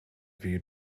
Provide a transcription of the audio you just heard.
view